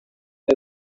and